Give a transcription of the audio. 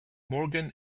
morgan